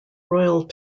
royal